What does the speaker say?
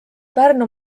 pärnu